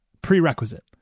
prerequisite